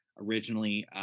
Originally